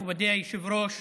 מכובדי היושב-ראש,